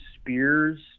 Spears